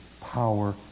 power